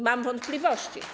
Mam wątpliwości.